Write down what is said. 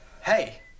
hey